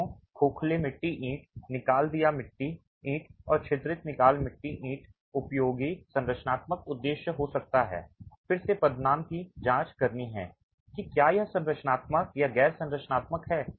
दोनों खोखले मिट्टी ईंट निकाल दिया मिट्टी ईंट और छिद्रित निकाल मिट्टी मिट्टी ईंट उपयोगी संरचनात्मक उद्देश्य हो सकता है फिर से पदनाम की जाँच करनी है कि क्या यह संरचनात्मक या गैर संरचनात्मक है